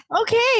Okay